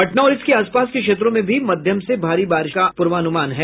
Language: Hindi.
पटना और इसके आसपास के क्षेत्रों में भी मध्यम से भारी वर्षा का पूर्वानुमान है